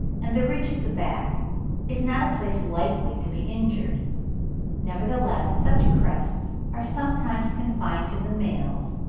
and the ridge of the back is not a place likely to be injured nevertheless such crests are sometimes confined to the males,